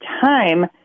time